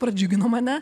pradžiugino mane